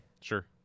Sure